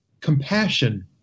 compassion